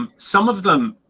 um some of them,